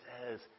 says